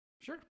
Sure